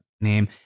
name